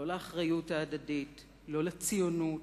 לא לאחריות ההדדית, לא לציונות,